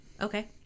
Okay